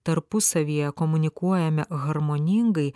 tarpusavyje komunikuojame harmoningai